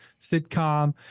sitcom